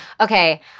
okay